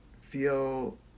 feel